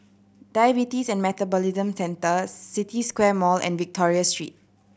Diabetes and Metabolism Centre City Square Mall and Victoria Street